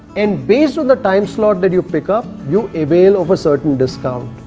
and based on the time slot that you pick up, you avail of a certain discount.